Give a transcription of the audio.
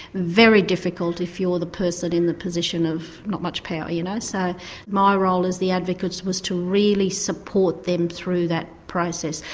very difficult if you're the person in the position of not much power. you know so my role as the advocate was to really support them through that process.